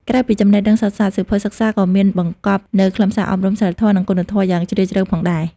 ក្រៅពីចំណេះដឹងសុទ្ធសាធ សៀវភៅសិក្សាក៏មានបង្កប់នូវខ្លឹមសារអប់រំសីលធម៌ និងគុណធម៌យ៉ាងជ្រាលជ្រៅផងដែរ។